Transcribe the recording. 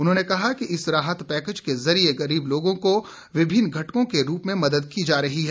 उन्होंने कहा कि इस राहत पैकेज के जरिये गरीब लोगों को विभिन्न घटकों के रूप में मदद की जा रही है